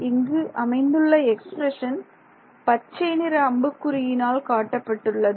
இங்கு அமைந்துள்ள எக்ஸ்பிரஷன் பச்சை நிற அம்புக்குறியினால் காட்டப்பட்டுள்ளது